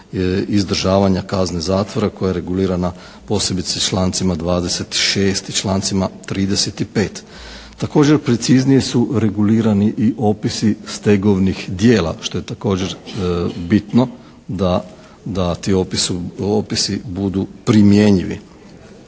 izdržavanja kazne zatvora koja je regulirana posebice člancima 26. i člancima 35. Također, preciznije su regulirani i opisi stegovnih djela što je također bitno da ti opisi budu primjenjivi.